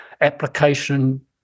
application